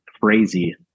crazy